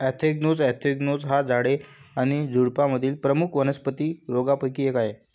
anthracnose anthracnose हा झाडे आणि झुडुपांमधील प्रमुख वनस्पती रोगांपैकी एक आहे